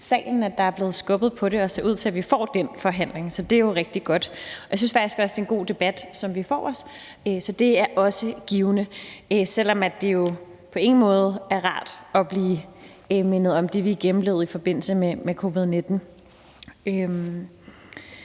at der er blevet skubbet på det, og det ser ud til, at vi får den forhandling. Så det er rigtig godt. Jeg synes faktisk også, det er en rigtig god debat, vi får os, så det er også givende, selv om det jo på ingen måde er rart at blive mindet om det, vi gennemlevede i forbindelse med covid-19.